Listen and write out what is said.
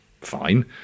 fine